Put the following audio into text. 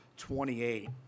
28